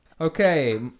Okay